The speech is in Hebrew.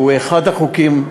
והוא אחד החוקים,